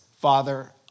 father